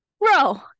bro